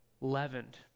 leavened